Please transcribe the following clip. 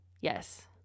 Yes